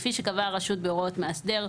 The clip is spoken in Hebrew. כפי שקבעה הרשות בהוראות מאסדר,